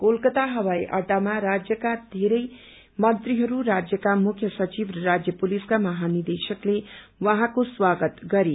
कोलकाता हवाई अहामा राज्यको धेरै मंत्रीहरू राजयका मुख्य सचिव र राजय पुलिसका महानिदेशकले उहाँको स्वागत गरे